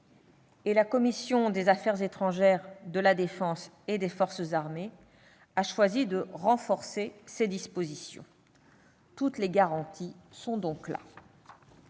et la commission des affaires étrangères, de la défense et des forces armées a choisi de renforcer ces dispositions. Toutes les garanties sont donc